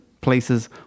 places